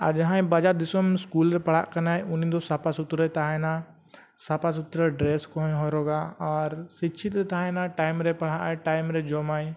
ᱟᱨ ᱡᱟᱦᱟᱸᱭ ᱵᱟᱡᱟᱨ ᱫᱤᱥᱚᱢ ᱨᱮ ᱯᱟᱲᱦᱟᱜ ᱠᱟᱱᱟᱭ ᱩᱱᱤᱫᱚ ᱥᱟᱯᱷᱟᱼᱥᱩᱛᱨᱚᱭ ᱛᱟᱦᱮᱱᱟ ᱥᱟᱯᱷᱟᱼᱥᱩᱛᱨᱚ ᱠᱚᱦᱚᱸᱭ ᱦᱚᱨᱚᱜᱟ ᱟᱨ ᱥᱤᱪᱪᱷᱤᱛᱚᱭ ᱛᱟᱦᱮᱱᱟᱭ ᱨᱮ ᱯᱟᱲᱦᱟᱜ ᱟᱭ ᱨᱮ ᱡᱚᱢᱟᱭ